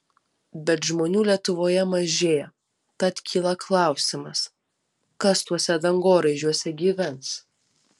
bet žmonių lietuvoje mažėja tad kyla klausimas kas tuose dangoraižiuose gyvens